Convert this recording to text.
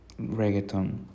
reggaeton